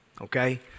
okay